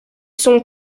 sont